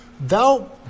Thou